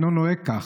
אינו נוהג כך?